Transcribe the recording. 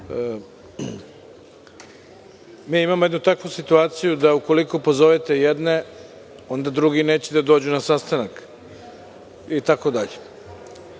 imamo jednu takvu situaciju da ukoliko pozovete jedne, onda drugi neće da dođu na sastanak itd.